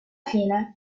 fine